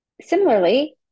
Similarly